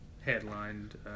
headlined